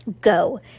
Go